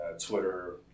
twitter